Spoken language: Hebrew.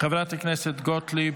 חברת הכנסת גוטליב,